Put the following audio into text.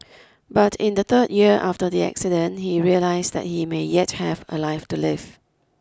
but in the third year after the accident he realised that he may yet have a life to live